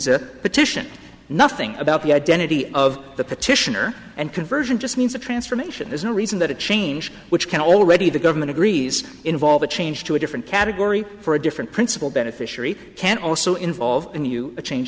visa petition nothing about the identity of the petitioner and conversion just means a transformation there's no reason that a change which can already the government agrees involve a change to a different category for a different principal beneficiary can also involve a new a change